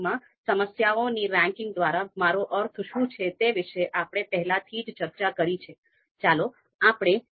AHP ના કિસ્સામાં ગુણોત્તર ધોરણનો ઉપયોગ કરવામાં આવે તો અંતર્ગત ગણિત કાર્ય કરશે તે કારણસર તુલનાઓ ગુણોત્તર ધોરણ પર કરવી પડે છે